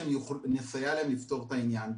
נסייע להם לפתור את העניין.